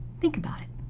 think about it.